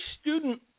student